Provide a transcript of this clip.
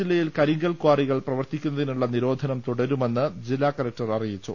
ജില്ലയിൽ കരിങ്കൽ ക്വാറികൾ കണ്ണൂർ പ്രവർത്തിക്കുന്നതിനുള്ള നിരോധനം തുടരുമെന്ന് ജില്ലാ കലക്ടർ അറിയിച്ചു